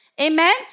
Amen